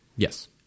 Yes